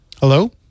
Hello